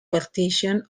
partitions